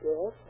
Yes